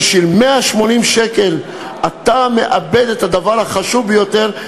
בשביל 180 שקל אתה מאבד את הדבר החשוב ביותר,